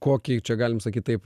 kokį čia galim sakyt taip